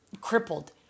crippled